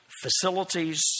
facilities